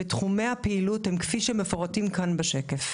ותחומי הפעילות הם כפי שהם מפורטים כאן בשקף.